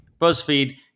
BuzzFeed